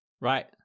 Right